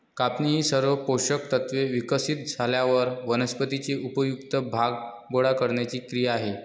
कापणी ही सर्व पोषक तत्त्वे विकसित झाल्यावर वनस्पतीचे उपयुक्त भाग गोळा करण्याची क्रिया आहे